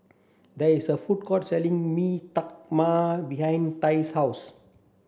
there is a food court selling Mee Tai Mak behind Tai's house